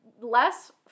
Less